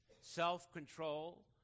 Self-control